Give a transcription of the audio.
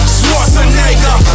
Schwarzenegger